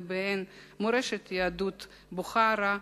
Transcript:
ובהן מורשת יהדות בוכרה,